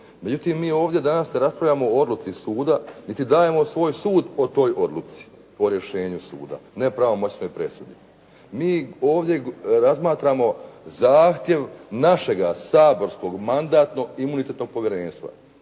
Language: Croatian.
Međutim, mi ovdje danas ne raspravljamo o odluci suda niti dajemo svoj sud o toj odluci, o rješenju suda, nepravomoćnoj presudi. Mi ovdje razmatramo zahtjev našega saborskog Mandatno-imunitetnog povjerenstva